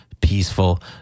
peaceful